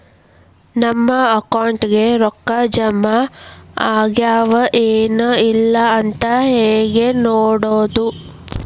ನಮ್ಮ ಅಕೌಂಟಿಗೆ ರೊಕ್ಕ ಜಮಾ ಆಗ್ಯಾವ ಏನ್ ಇಲ್ಲ ಅಂತ ಹೆಂಗ್ ನೋಡೋದು?